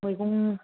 मैगं